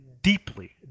deeply